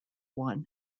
won